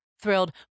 thrilled